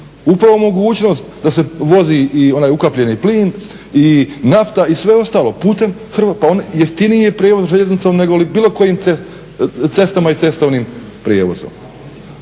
Upravo mogućnost da se vozi i onaj ukapljeni plin i nafta i sve ostalo putem, pa jeftiniji je prijevoz željeznicom nego li bilo kojim cestama i cestovnim prijevozom.